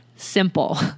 simple